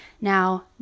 Now